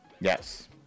yes